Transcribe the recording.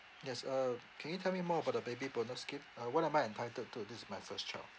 yes uh can you tell me more about the baby bonus scheme uh what am I entitled to this is my first child